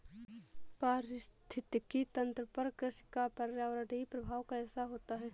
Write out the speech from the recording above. पारिस्थितिकी तंत्र पर कृषि का पर्यावरणीय प्रभाव कैसा होता है?